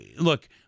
look